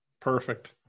perfect